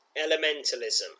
elementalism